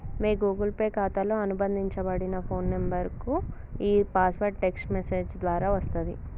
మీ Google Pay ఖాతాతో అనుబంధించబడిన phone నంబర్కు ఈ పాస్వర్డ్ టెక్ట్స్ మెసేజ్ ద్వారా వస్తది